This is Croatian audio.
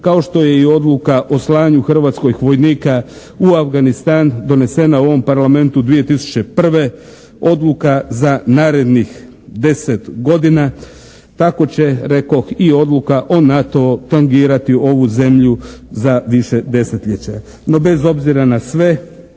kao što je i odluka o slanju hrvatskih vojnika u Afganistan donesena u ovom Parlamentu 2001. odluka za narednih 10 godina. Tako će rekoh i odluka o NATO-u tangirati ovu zemlju za više desetljeća. No, bez obzira na sve